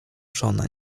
żona